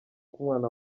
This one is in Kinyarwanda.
umwana